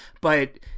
but-